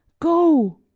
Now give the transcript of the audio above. go!